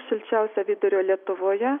šilčiausia vidurio lietuvoje